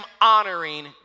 honoring